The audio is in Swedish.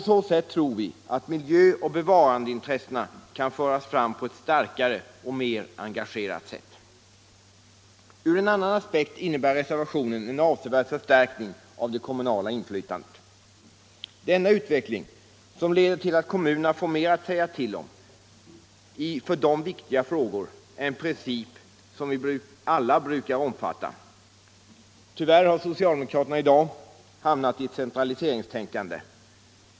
Därigenom tror vi att miljöoch bevarandeintressena kan föras fram på ett starkare och mer engagerat sätt. Ur en annan aspekt innebär reservationen .en avsevärd förstärkning av det kommunala inflytandet. Denna utveckling, som leder till att kommunerna får mer att säga till om i för dem viktiga frågor, är en princip som vi alla brukar omfatta. Tyvärr har socialdemokraterna i dag hamnat i ett centraliseringstänkande.